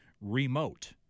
remote